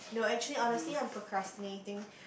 no actually honestly I'm procrastinating